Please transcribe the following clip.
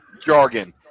jargon